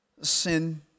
sin